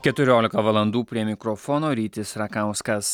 keturiolika valandų prie mikrofono rytis rakauskas